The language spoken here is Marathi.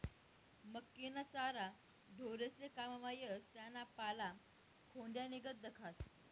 मक्कीना चारा ढोरेस्ले काममा येस त्याना पाला खोंड्यानीगत दखास